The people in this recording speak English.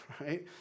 right